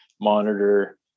monitor